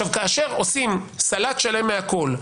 כאשר עושים סלט מהכול,